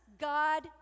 God